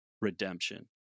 redemption